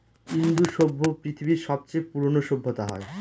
ইন্দু সভ্য পৃথিবীর সবচেয়ে পুরোনো সভ্যতা হয়